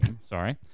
sorry